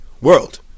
world